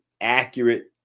accurate